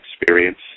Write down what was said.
experience